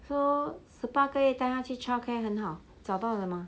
so 十八个月带他去 childcare 很好找到了吗